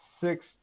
six